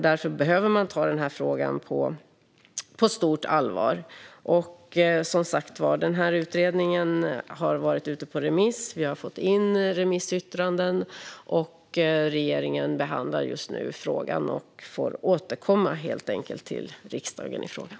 Därför behöver man ta den här frågan på stort allvar. Utredningen har varit ute på remiss. Vi har fått in remissyttranden. Regeringen behandlar just nu frågan och får helt enkelt återkomma till riksdagen i frågan.